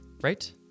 right